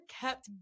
kept